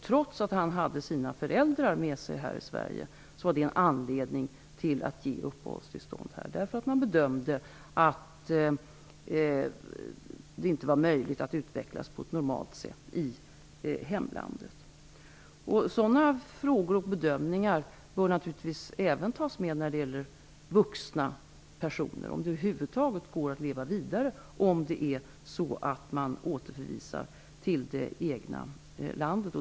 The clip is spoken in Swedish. Trots att barnet hade sina föräldrar med sig i Sverige, fanns det anledning att ge barnet uppehållstillstånd här. Man bedömde att det inte var möjligt för barnet att utvecklas på ett normalt sätt i hemlandet. Sådana frågor och bedömningar bör naturligtvis även tas med när det gäller vuxna personer, dvs. om det över huvud taget är möjligt att leva vidare om personen återförvisas till det egna landet.